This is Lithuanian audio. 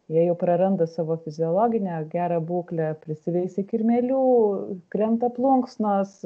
jie jau praranda savo fiziologinę gerą būklę prisiveisia kirmėlių krenta plunksnos